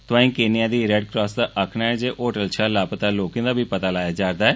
तोआईं केन्या दी रेडक्रास दा आखना ऐ जे होटल षा लापता लोकें दा बी पता लाया जा'रदा ऐ